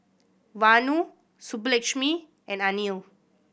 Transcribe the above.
Vanu Subbulakshmi and Anil